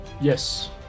Yes